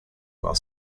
while